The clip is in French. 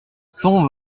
son